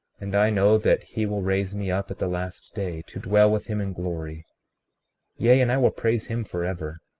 and i know that he will raise me up at the last day, to dwell with him in glory yea, and i will praise him forever,